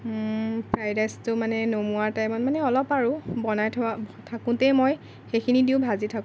fried ৰাইচটো মানে নমোৱাৰ টাইমত মানে অলপ আৰু বনাই থকা থাকোঁতেই মই সেইখিনি দিও ভাজি থাকোঁ